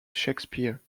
shakespeare